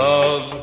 Love